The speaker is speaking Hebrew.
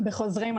לצערי,